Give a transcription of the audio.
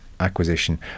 Acquisition